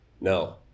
no